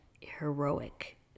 heroic